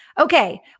Okay